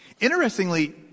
Interestingly